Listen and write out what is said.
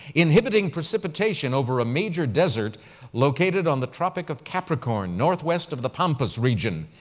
inhibiting precipitation over a major desert located on the tropic of capricorn, northwest of the pampas region.